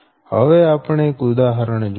હવે આપણે એક ઉદાહરણ જોઈએ